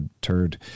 turd